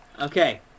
Okay